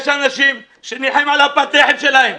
יש אנשים שנלחמים על פת הלחם שלהם.